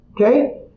Okay